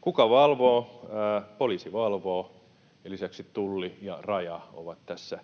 Kuka valvoo? Poliisi valvoo, ja lisäksi Tulli ja Raja ovat tässä